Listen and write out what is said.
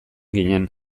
ginen